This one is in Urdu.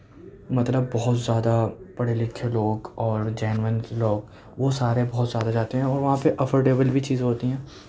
مطلب بہت زیادہ پڑھے لکھے لوگ اور جینون لوگ وہ سارے بہت سارے جاتے ہیں اور وہاں پہ افرڈیبل بھی چیزیں ہوتی ہیں